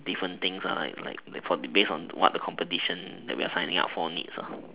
different things like like based on what the competition that we're signing up for needs